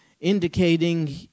indicating